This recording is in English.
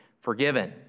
forgiven